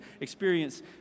experience